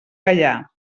gaià